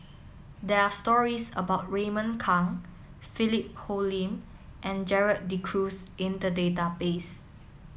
there are stories about Raymond Kang Philip Hoalim and Gerald De Cruz in the database